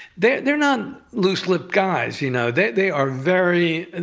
they're they're not loose-lipped guys. you know they they are very, and